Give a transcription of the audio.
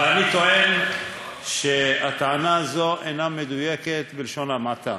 ואני טוען שהטענה הזאת אינה מדויקת, בלשון המעטה.